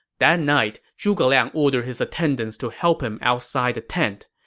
that night, zhuge liang ordered his attendants to help him outside the tent.